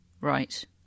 Right